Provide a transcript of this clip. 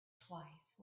twice